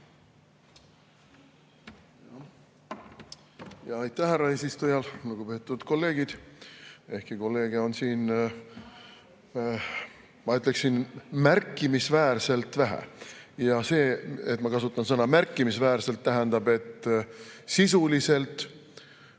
Aitäh, härra eesistuja! Lugupeetud kolleegid! Ehkki kolleege on siin, ma ütleksin, märkimisväärselt vähe. Ja see, et ma kasutan sõna "märkimisväärselt", tähendab, et sisuliselt